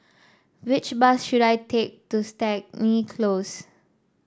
which bus should I take to Stangee Close